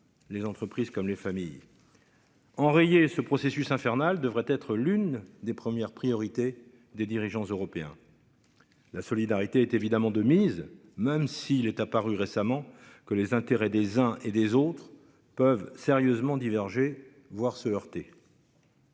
les entreprises comme les familles. Enrayer ce processus infernal devrait être l'une des premières priorités des dirigeants européens. La solidarité est évidemment de mise, même s'il est apparu récemment que les intérêts des uns et des autres peuvent sérieusement diverger voir se heurter.